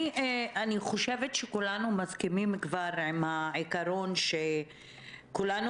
אני חושבת שכולנו כבר מסכימים עם העיקרון שכולנו